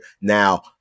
now